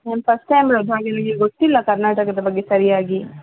ನಾನು first time ಬರುವುದು ಇಲ್ಲಿ ಗೊತ್ತಿಲ್ಲ ಕರ್ನಾಟಕದ ಬಗ್ಗೆ ಸರಿಯಾಗಿ